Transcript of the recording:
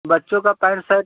बच्चों का pant shirt